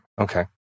Okay